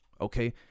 okay